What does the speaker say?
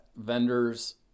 vendors